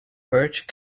birch